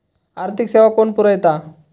आर्थिक सेवा कोण पुरयता?